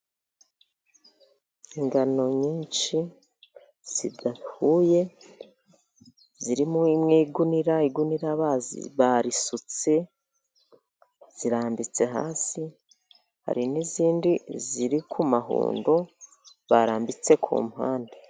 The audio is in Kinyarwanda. Ingano nyinshi zidahuye ziri mu igunira, igunira barisutse zirambitse hasi hari n'izindi ziri ku mahundo barambitse ku mpande.